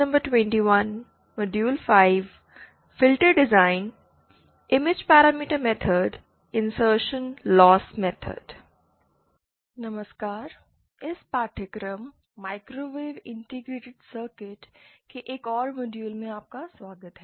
नमस्कार इस पाठ्यक्रम माइक्रोवेव इंटीग्रेटेड सर्किट के एक और मॉड्यूल में आपका स्वागत है